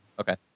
okay